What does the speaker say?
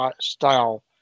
style